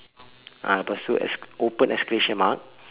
ah lepas itu ex~ open exclamation mark